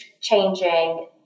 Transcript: changing